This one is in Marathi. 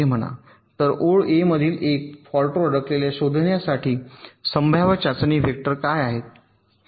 तर ओळ A मधील 1 फॉल्टवर अडकलेल्या शोधण्यासाठी संभाव्य चाचणी वेक्टर काय आहेत